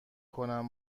کنم